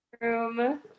room